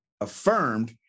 affirmed